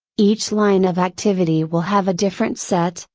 each line of activity will have a different set,